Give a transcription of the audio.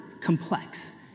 complex